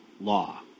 law